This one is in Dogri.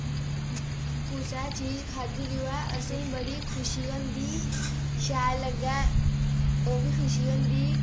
कुसै चीज खाद्धी दी होऐ असेंई बड़ी खुशी होंदी शैल लग्गै ओह् बी खुशी होंदी